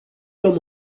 luăm